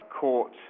court